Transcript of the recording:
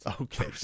Okay